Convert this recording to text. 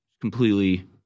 Completely